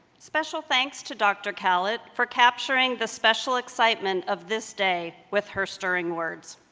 special thanks to dr. kallett for capturing the special excitement of this day with her stirring words.